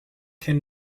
can